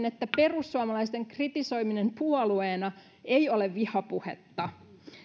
että perussuomalaisten kritisoiminen puolueena ei ole vihapuhetta